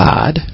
God